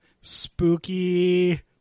Spooky